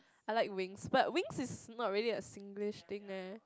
I like winks but winks is not really a Singlish thing eh